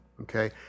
okay